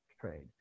trade